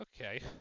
okay